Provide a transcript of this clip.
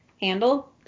handle